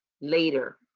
later